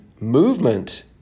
movement